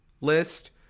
list